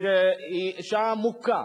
שהיא אשה מוכה